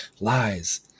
lies